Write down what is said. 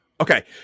Okay